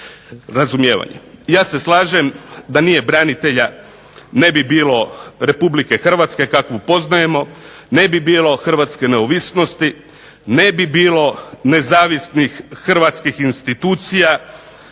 "razumijevanje". Ja se slažem da nije branitelja ne bi bilo RH kakvu poznajemo, ne bi bilo hrvatske neovisnosti, ne bi bilo nezavisnih hrvatskih institucija.